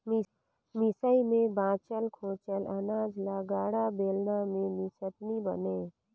मिसई मे बाचल खोचल अनाज ल गाड़ा, बेलना मे मिसत नी बने